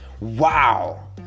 wow